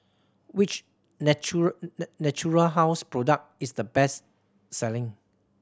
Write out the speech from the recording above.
which Natura Natura House product is the best selling